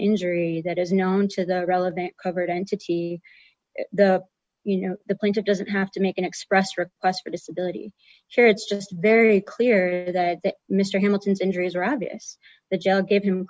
injury that is known to the relevant covered entity the you know the plaintiff doesn't have to make an expressed request for disability share it's just very clear that mr hamilton's injuries are obvious the jail gave him